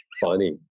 Funny